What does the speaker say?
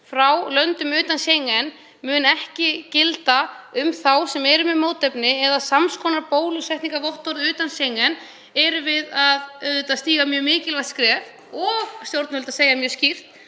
frá löndum utan Schengen muni ekki gilda um þá sem eru með mótefni eða sams konar bólusetningarvottorð utan Schengen, erum við að stíga mjög mikilvægt skref og stjórnvöld að hvetja fólk